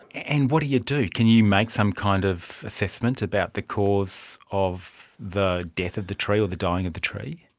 and what do you do? can you make some kind of assessment about the cause of the death of the tree or the dying of the tree?